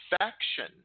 affection